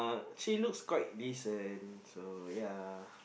she looks quite this and so ya